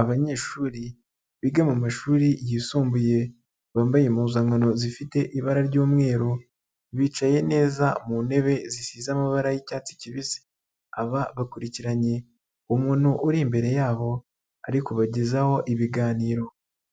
Abanyeshuri biga mu mashuri yisumbuye bambaye impuzankano zifite ibara ry'umweru, bicaye neza mu ntebe zisize amabara y'icyatsi kibisi, aba bakurikiranye umuntu uri imbere yabo, ari kubagezaho ibiganiro